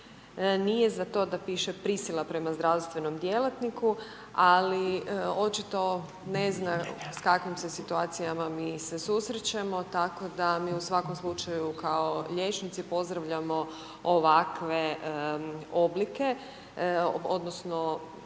nije za to da piše prisila prema zdravstvenom djelatniku ali očito ne zna s kakvim se situacijama mi se susrećemo tako da mi u svakom slučaju kao liječnici pozdravljamo ovakve oblike, odnosno